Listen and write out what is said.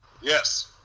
Yes